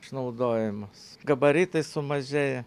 išnaudojamos gabaritai sumažėję